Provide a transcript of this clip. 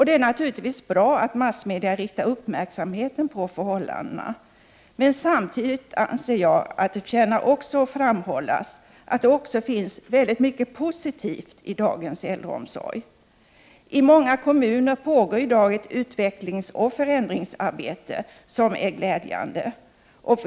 Det är bra att massmedia riktar uppmärksamheten på förhållandena. Men samtidigt förtjänar det att framhållas att det också finns mycket positivt i dagens äldreomsorg. I många kommuner pågår i dag ett utvecklingsoch förändringsarbete som är glädjande.